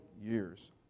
years